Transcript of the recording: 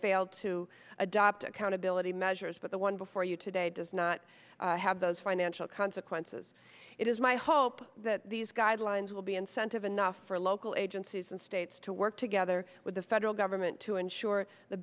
accountability measures but the one before you today does not have those financial consequences it is my hope that these guidelines will be incentive enough for local agencies and states to work together with the federal government to ensure the